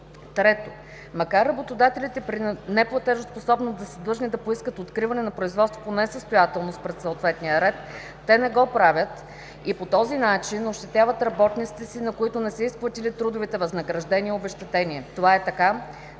3. Макар работодателите при неплатежоспособност да са длъжни да поискат откриване на производство по несъстоятелност пред съответния съд, те не го правят и по този начин ощетяват работниците си, на които не са изплатили трудовите възнаграждения и обезщетения. Това е така,